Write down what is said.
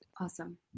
Awesome